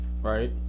Right